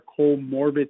comorbid